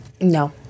No